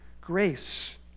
grace